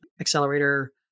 accelerator